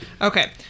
Okay